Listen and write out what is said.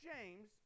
James